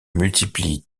multiplient